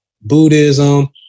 Buddhism